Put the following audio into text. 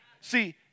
See